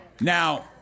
Now